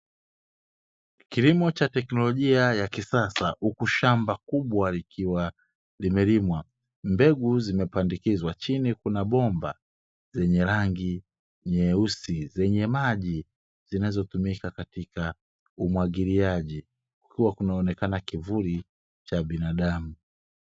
Kilimo cha teknolojia ya kisasa, huku shamba kubwa likiwa limelimwa mbegu zimepandikizwa chini kuna bomba zenye rangi nyeusi zenye maji zinazotumika katika umwagili, kukiwa kunaonekana kivuli cha binadamu.